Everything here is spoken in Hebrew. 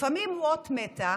לפעמים הוא אות מתה,